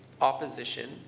opposition